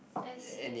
I see